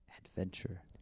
adventure